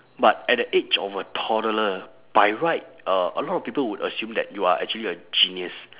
but at the age of a toddler by right uh a lot of people would assume that you are actually a genius